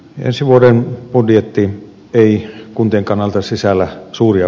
ensi vuoden budjetti ei kuntien kannalta sisällä suuria